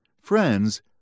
friends